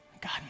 God